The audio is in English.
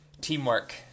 Teamwork